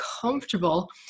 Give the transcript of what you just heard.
comfortable